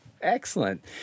Excellent